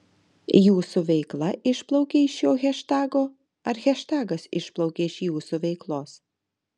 jūsų veikla išplaukė iš šio haštago ar haštagas išplaukė iš jūsų veiklos